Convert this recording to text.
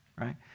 right